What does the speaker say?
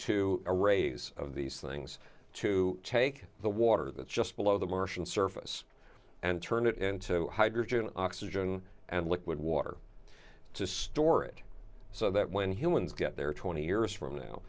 to arrays of these things to take the water that's just below the martian surface and turn it into hydrogen oxygen and liquid water to store it so that when humans get there twenty years from now